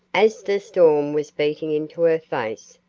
as the storm was beating into her face,